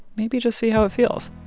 maybe just see how it feels